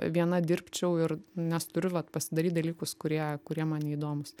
viena dirbčiau ir nes turiu vat pasidaryt dalykus kurie kurie man neįdomūs